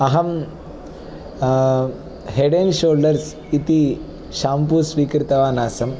अहं head and shoulders इति shampoo स्वीकृतवान् आसम्